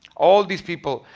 all these people.